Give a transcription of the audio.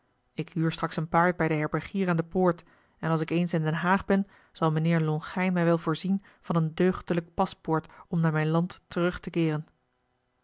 k u straks een paard bij den herbergier aan de poort en als ik eens in den haag ben zal mijnheer lonchijn mij wel voorzien van een deugdelijk paspoort om naar mijn land terug te keeren